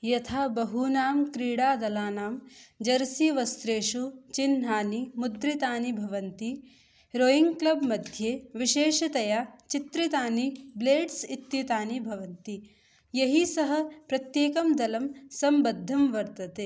यथा बहूनां क्रीडादलानां जर्सी वस्त्रेषु चिह्नानि मुद्रितानि भवन्ति रोयिङ्ग् क्लब् मध्ये विशेषतया चित्रितानि ब्लेड्स् इत्येतानि भवन्ति यैः सह प्रत्येकं दलं सम्बद्धम् वर्तते